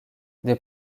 des